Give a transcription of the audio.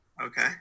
Okay